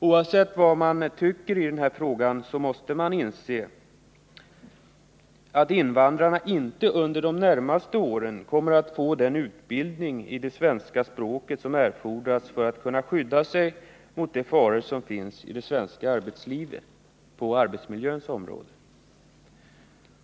Oavsett vad man tycker i denna fråga, måste man inse att invandrarna inte under de närmaste åren kommer att få den utbildning i det svenska språket som erfordras för att de skall kunna skydda sig mot de faror som finns i det svenska arbetslivet på arbetsmiljöns område.